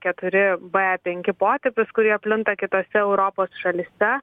keturi b penki potipius kurie plinta kitose europos šalyse